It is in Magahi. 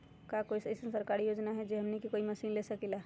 का कोई अइसन सरकारी योजना है जै से हमनी कोई मशीन ले सकीं ला?